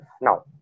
Now